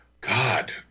God